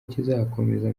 kizakomeza